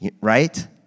Right